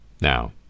Now